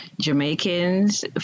Jamaicans